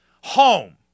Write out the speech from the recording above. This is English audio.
home